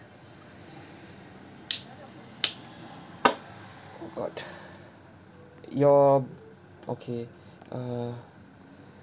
oh god your okay err